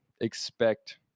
expect